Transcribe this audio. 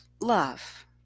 love